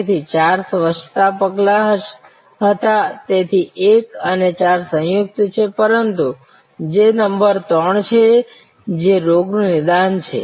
તેથી 4 સ્વચ્છતા પગલાં હતા તેથી 1 અને 4 સંયુક્ત છે પગલું જે નંબર 3 છે જે રોગ નું નિદાન છે